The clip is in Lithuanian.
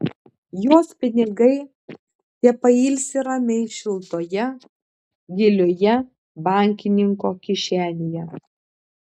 jos pinigai tepailsi ramiai šiltoje gilioje bankininko kišenėje